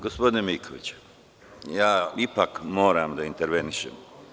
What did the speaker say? Gospodine Mikoviću, ipak moram da intervenišem.